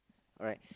alright